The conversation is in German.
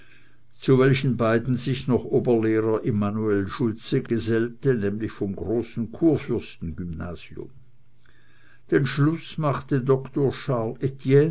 zu welchen beiden sich noch oberlehrer immanuel schultze gesellte sämtlich vom großen kurfürsten gymnasium den schluß machte doktor